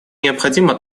необходимо